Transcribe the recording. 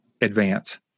advance